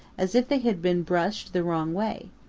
as if they had been brushed the wrong way.